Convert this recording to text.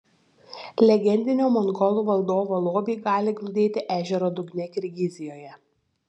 legendinio mongolų valdovo lobiai gali glūdėti ežero dugne kirgizijoje